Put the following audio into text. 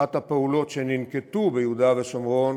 אחת הפעולות שננקטו ביהודה ושומרון